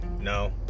no